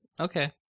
Okay